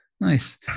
Nice